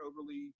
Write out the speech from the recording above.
overly